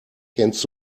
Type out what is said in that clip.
kennst